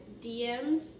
DMs